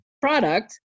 product